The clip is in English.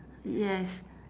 yes